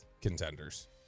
contenders